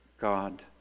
God